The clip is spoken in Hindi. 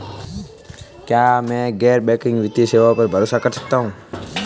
क्या मैं गैर बैंकिंग वित्तीय सेवाओं पर भरोसा कर सकता हूं?